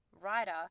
writer